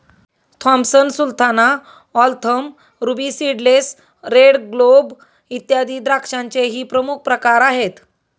Thompson sultana, Waltham, ruby seedless, red globe, इत्यादी द्राक्षांचेही प्रमुख प्रकार आहेत